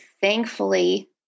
thankfully